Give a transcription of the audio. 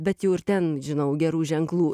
bet jau ir ten žinau gerų ženklų